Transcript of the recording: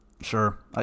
sure